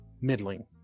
middling